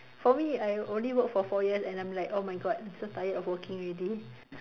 for me I only work for four years and I'm like oh my god I'm so tired of working already